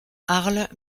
arles